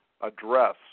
address